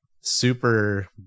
super